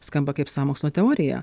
skamba kaip sąmokslo teorija